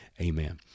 Amen